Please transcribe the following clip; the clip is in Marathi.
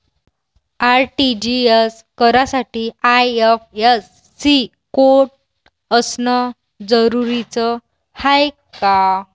आर.टी.जी.एस करासाठी आय.एफ.एस.सी कोड असनं जरुरीच हाय का?